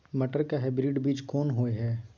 मटर के हाइब्रिड बीज कोन होय है?